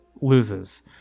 loses